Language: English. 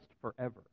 forever